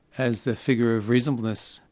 as the figure of reasonableness.